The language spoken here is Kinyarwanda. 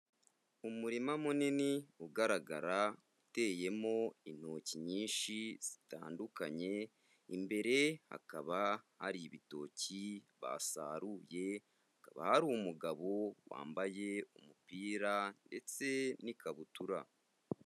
Umurima munini ugaragara uteyemo intoki nyinshi zitandukanye imbere hakaba hari ibitoki basaruye hakaba hari umugabo wambaye umupira ndetse n'ikabutura.